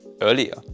earlier